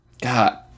God